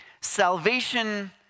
salvation